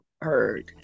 heard